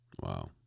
Wow